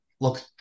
look